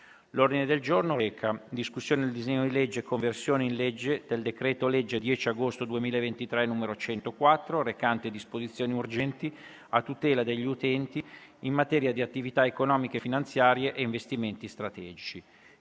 Il Senato, in sede di esame del disegno di legge di conversione in legge del decreto-legge 10 agosto 2023, n. 104, recante disposizioni urgenti a tutela degli utenti, in materia di attività economiche e finanziarie e investimenti strategici